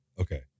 Okay